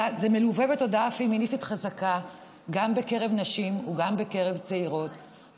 זה מלווה בתודעה פמיניסטית חזקה גם בקרב נשים וגם בקרב צעירות,